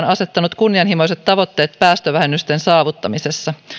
asettanut kunnianhimoiset tavoitteet päästövähennysten saavuttamisessa